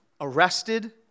arrested